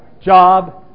job